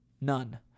none